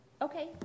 Okay